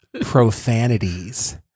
profanities